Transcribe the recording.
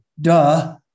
Duh